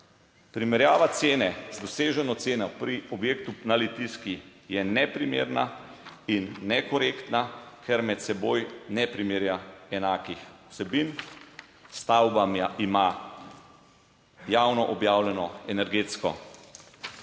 primerjava cene z doseženo ceno pri objektu na Litijski je neprimerna in nekorektna, ker med seboj ne primerja enakih vsebin. Stavba ima javno objavljeno energetsko